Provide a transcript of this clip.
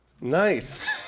Nice